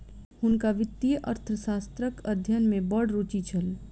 हुनका वित्तीय अर्थशास्त्रक अध्ययन में बड़ रूचि छल